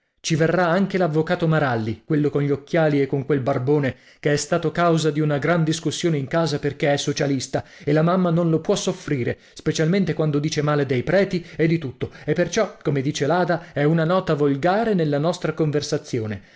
ci verrà anche l'avvocato maralli quello con gli occhiali e con quel barbone che è stato causa di una gran discussione in casa perché è socialista e la mamma non lo può soffrire specialmente quando dice male dei preti e di tutto e perciò come dice l'ada è una nota volgare nella nostra conversazione